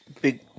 Big